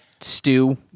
Stew